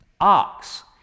Ox